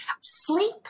Sleep